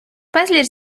безліч